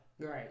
Right